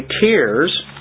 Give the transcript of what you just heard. tears